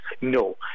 no